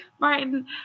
Martin